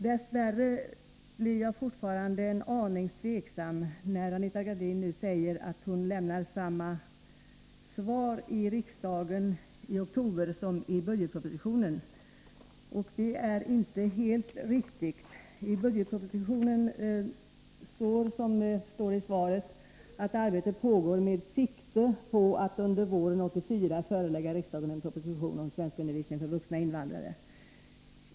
Dess värre blir jag fortfarande en aning tveksam när Anita Gradin nu säger att hon lämnat samma svar i riksdagen i oktober som i budgetpropositionen. Det är inte helt riktigt. I budgetpropositionen står, som anges i svaret, att arbete pågår med sikte på att under våren 1984 förelägga riksdagen en proposition om svenskundervisning för vuxna invandrare.